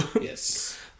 Yes